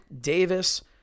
Davis